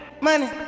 money